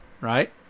Right